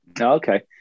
Okay